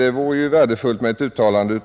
Ett besked